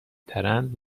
ترند